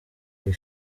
iyi